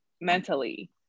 mentally